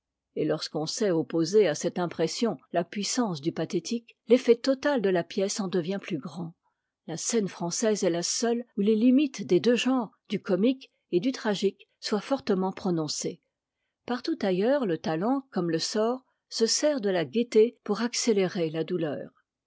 et lorsqu'on sait opposer à cette impression la puissance du pathétique l'effet total de la pièce en devient plus grand la scène française est la seule où les limites des deux genres du comique et du tragique soient fortement prononcées partout ailleurs le talent comme le sort se sert de la gaieté pour accélérer la douleur